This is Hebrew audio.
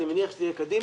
אני מניח שזה יהיה קדימה.